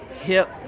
hip